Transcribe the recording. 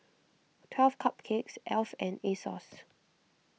twelve Cupcakes Alf and Asos